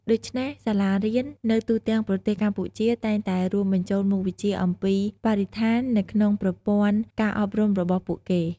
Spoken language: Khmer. ដូច្នេះ សាលារៀននៅទូទាំងប្រទេសកម្ពុជាតែងតែរួមបញ្ចូលមុខវិជ្ជាអំពីបរិស្ថានទៅក្នុងប្រព័ន្ធការអប់រំរបស់ពួកគេ។